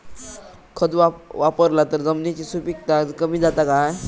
खत वापरला तर जमिनीची सुपीकता कमी जाता काय?